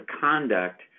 conduct